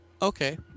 okay